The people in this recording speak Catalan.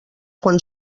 quan